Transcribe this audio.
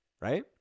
right